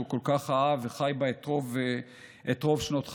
כל כך אהב וחי בה את רוב שנות חייו.